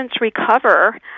recover